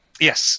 Yes